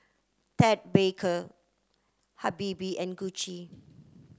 Ted Baker Habibie and Gucci